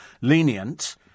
lenient